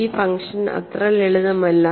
ഈ ഫങ്ഷൻ അത്ര ലളിതമല്ല